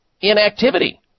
inactivity